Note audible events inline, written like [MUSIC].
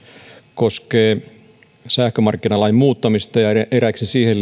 koskee sähkömarkkinalain muuttamista ja eräitä siihen [UNINTELLIGIBLE]